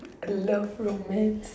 love romance